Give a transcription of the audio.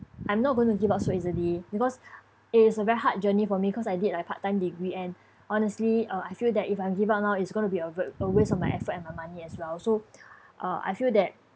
I'm not going to give up so easily because is a very hard journey for me cause I did my part time degree and honestly uh I feel that if I give up now it's going to be ove~ a waste of my effort and money as well so uh I feel that